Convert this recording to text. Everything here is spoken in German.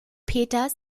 peters